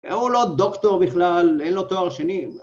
והוא לא דוקטור בכלל, אין לו תואר שני